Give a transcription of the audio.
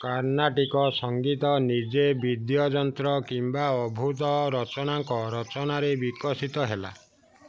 କାର୍ନାଟିକ୍ ସଂଗୀତ ନିଜେ ବିଦ୍ୟଯନ୍ତ୍ର କିମ୍ବା ଅଦ୍ଭୁତ ରଚନାଙ୍କ ରଚନାରେ ବିକଶିତ ହେଲା